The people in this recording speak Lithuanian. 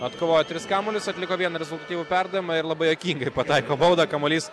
atkovojo tris kamuolius atliko vieną rezultatyvų perdavimą ir labai juokingai pataiko baudą kamuolys